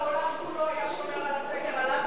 כל העולם כולו היה שומר את הסגר על עזה,